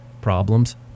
problems